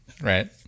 right